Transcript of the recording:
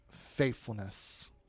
faithfulness